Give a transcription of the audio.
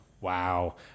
wow